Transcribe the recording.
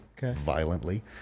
violently